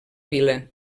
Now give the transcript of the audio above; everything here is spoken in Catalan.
vila